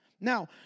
Now